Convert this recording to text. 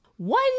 One